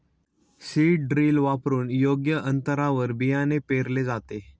seed drill वापरून योग्य अंतरावर बियाणे पेरले जाते